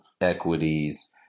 equities